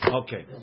okay